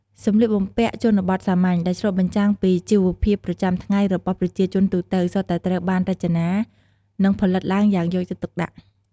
សម្លៀកបំពាក់ជនបទសាមញ្ញ ដែលឆ្លុះបញ្ចាំងពីជីវភាពប្រចាំថ្ងៃរបស់ប្រជាជនទូទៅ សុទ្ធតែត្រូវបាន រចនា និងផលិតឡើងយ៉ាងយកចិត្តទុកដាក់។